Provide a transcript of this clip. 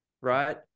right